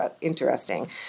interesting